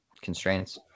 constraints